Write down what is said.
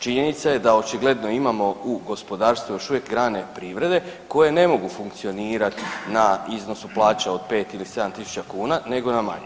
Činjenica je da očigledno imamo u gospodarstvu još uvijek grane privrede koje ne mogu funkcionirati na iznosu plaće od 5 ili 7000 kuna nego na manje.